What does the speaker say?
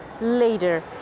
Later